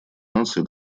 наций